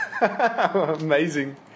Amazing